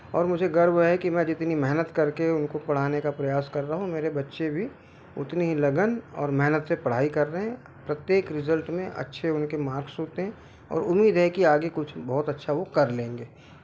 और मुझे गर्व है कि मैं जितनी मेहनत करके उनको पढ़ने का प्रयास कर रहा हूँ मेरे बच्चे भी उतनी ही लगन और मेहनत से पढ़ाई कर रहे हैं प्रत्येक रिजल्ट में अच्छे उनके मार्क्स होते हैं और उम्मीद है कि आगे कुछ बहुत अच्छा वो कर लेंगे